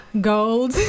gold